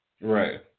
Right